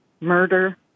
murder